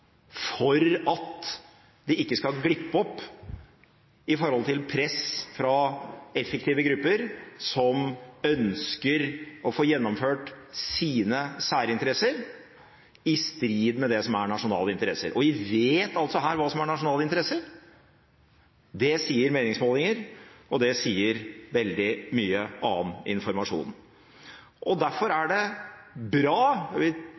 for at det ikke skal glippe opp i forhold til press fra effektive grupper som ønsker å få gjennomført sine særinteresser i strid med det som er nasjonale interesser. Og vi vet altså her hva som er nasjonale interesser. Det sier meningsmålinger, og det sier veldig mye annen informasjon. Derfor er det bra